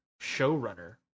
showrunner